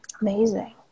Amazing